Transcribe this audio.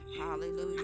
Hallelujah